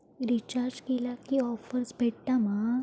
Recharge केला की offers भेटात मा?